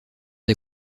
des